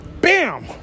Bam